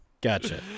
Gotcha